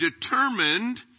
determined